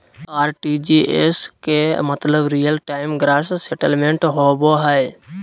RTGS के मतलब real time gross settlement होबो हय